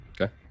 Okay